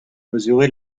mesuré